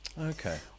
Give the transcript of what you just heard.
Okay